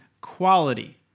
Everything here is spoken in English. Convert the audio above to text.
quality